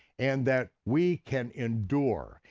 and that we can endure,